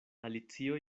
alicio